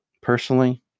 Personally